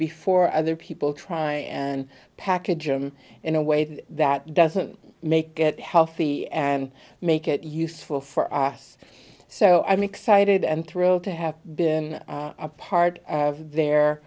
before other people try and package him in a way that doesn't make get healthy and make it useful for us so i'm excited and thrilled to have been a part of their